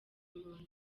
impunzi